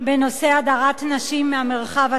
בנושא הדרת נשים מהמרחב הציבורי.